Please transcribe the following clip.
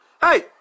Hey